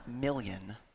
million